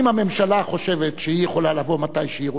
שאם הממשלה חושבת שהיא יכולה לבוא מתי שהיא רוצה,